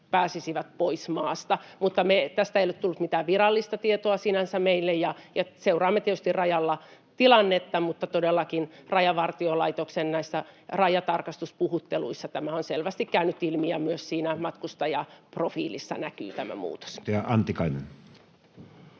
pääsisi pois maasta. Mutta tästä ei ole tullut meille sinänsä mitään virallista tietoa, ja seuraamme tietysti rajalla tilannetta, mutta todellakin Rajavartiolaitoksen rajatarkastuspuhutteluissa tämä on selvästi käynyt ilmi, ja myös matkustajaprofiilissa näkyy tämä muutos. [Speech